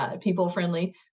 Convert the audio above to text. people-friendly